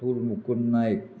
Apurva Mukund Naik